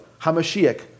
Hamashiach